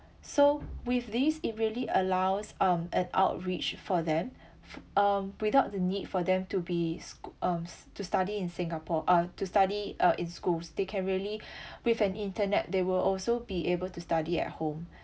so with these it really allows um an outreach for them f~ um without the need for them to be sq~ um s~ to study in singapore uh to study uh in schools they can really with an internet they will also be able to study at home